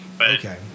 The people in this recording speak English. Okay